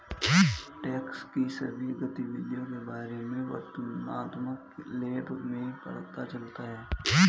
tax की सभी गतिविधियों के बारे में वर्णनात्मक लेबल में पता चला है